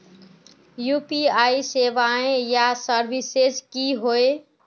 UPI सेवाएँ या services की होय?